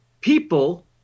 people